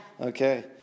Okay